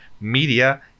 media